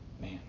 man